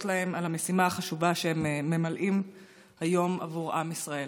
להם על המשימה החשובה שהם ממלאים היום עבור עם ישראל.